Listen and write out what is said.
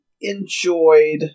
enjoyed